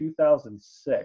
2006